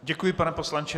Děkuji, pane poslanče.